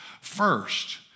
First